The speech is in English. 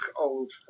old